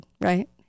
right